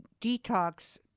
detox